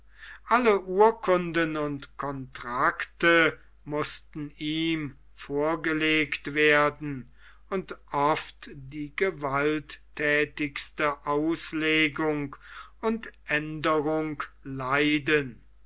alle urkunden und contracte mußten ihm vorgelegt werden und oft die gewalttätigste auslegung und aenderung leiden